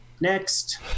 Next